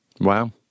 Wow